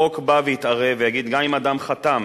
לכן החוק יתערב ויגיד: גם אם אדם חתם